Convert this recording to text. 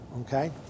okay